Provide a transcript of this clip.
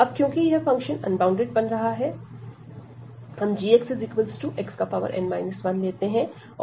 अब क्योंकि यह फंक्शन अनबॉउंडेड बन रहा है हम gxxn 1 लेते हैं